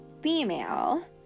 female